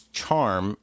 charm